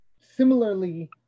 similarly